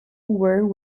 were